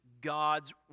God's